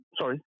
Sorry